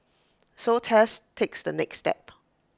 so Tess takes the next step